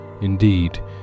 Indeed